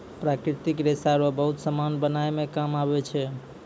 प्राकृतिक रेशा रो बहुत समान बनाय मे काम आबै छै